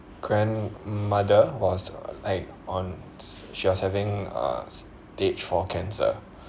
grandmother was like on she was having uh stage four cancer